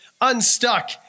Unstuck